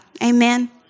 Amen